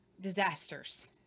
disasters